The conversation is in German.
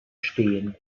stehen